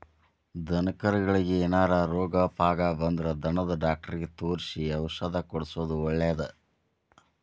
ದನಕರಗಳಿಗೆ ಏನಾರ ರೋಗ ಪಾಗ ಬಂದ್ರ ದನದ ಡಾಕ್ಟರಿಗೆ ತೋರಿಸಿ ಔಷಧ ಕೊಡ್ಸೋದು ಒಳ್ಳೆದ